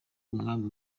umwami